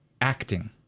acting